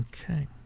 Okay